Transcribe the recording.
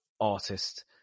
artist